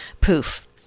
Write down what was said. Poof